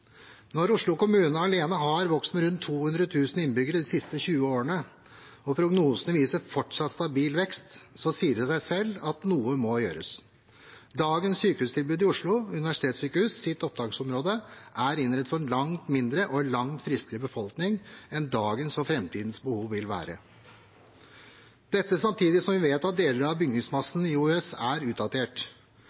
Når Oslo kommune alene har vokst med rundt 200 000 innbyggere de siste 20 årene og prognosene viser fortsatt stabil vekst, sier det seg selv at noe må gjøres. Dagens sykehustilbud i Oslo universitetssykehus sitt opptaksområde er innrettet for en langt mindre og langt friskere befolkning enn dagens og framtidens behov vil være, dette samtidig som vi vet at deler av bygningsmassen i OUS er utdatert.